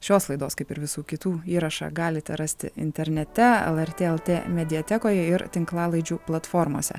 šios laidos kaip ir visų kitų įrašą galite rasti internete lrt lt mediatekoje ir tinklalaidžių platformose